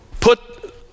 put